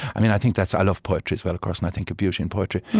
i mean i think that's i love poetry, as well, of course, and i think of beauty in poetry.